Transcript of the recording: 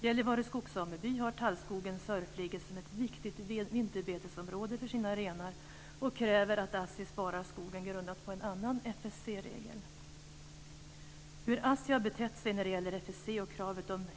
Gällivare skogssameby har tallskogen på Sörfligget som ett viktigt vinterbetesområde för sina renar och kräver med stöd av en annan FSC regel att Assi Domän sparar skogen.